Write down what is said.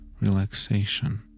relaxation